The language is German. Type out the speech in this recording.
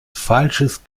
falsches